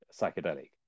psychedelic